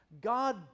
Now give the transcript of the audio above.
God